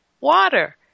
water